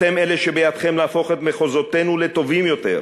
שאתם אלה שבידיכם להפוך את מחוזותינו לטובים יותר.